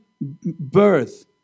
birth